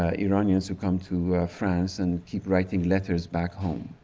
ah iranians who come to france and keep writing letters back home.